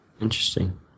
interesting